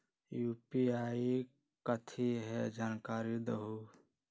UPI कथी है? जानकारी दहु